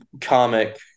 comic